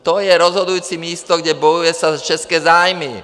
To je rozhodující místo, kde se bojuje za české zájmy.